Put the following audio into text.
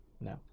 No